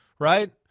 right